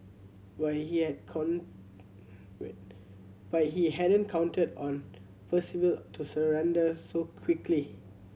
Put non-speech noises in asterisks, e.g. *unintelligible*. but he had *unintelligible* but he hadn't counted on Percival to surrender so quickly